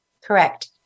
Correct